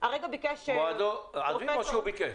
הרגע ביקש --- עזבי מה שהוא ביקש.